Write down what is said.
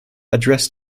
addressed